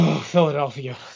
Philadelphia